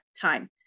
time